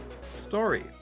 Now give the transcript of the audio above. stories